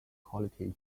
quality